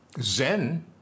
Zen